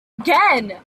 again